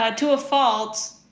ah to a fault,